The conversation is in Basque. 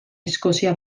eskozia